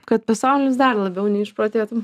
kad pasaulis dar labiau neišprotėtų